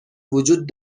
وجود